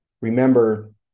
Remember